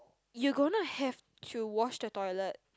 you gonna to help to wash the toilet